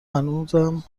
هنوزم